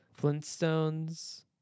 flintstones